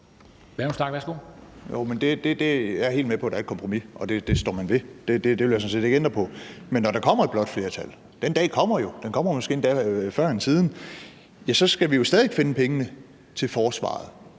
Jo, jeg helt med på, at der er et kompromis, og at det står man ved. Det vil jeg sådan set ikke ændre på. Men når der kommer et blåt flertal, for den dag kommer jo – den kommer måske snarere før end siden – ja, så skal vi stadig finde pengene til forsvaret.